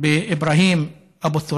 חבר הכנסת